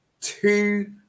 Two